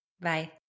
Bye